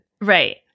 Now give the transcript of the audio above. Right